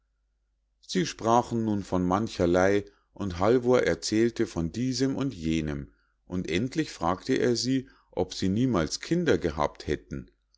sie sprachen nun von mancherlei und halvor erzählte von diesem und jenem und endlich fragte er sie ob sie niemals kinder gehabt hätten